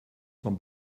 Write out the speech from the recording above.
vom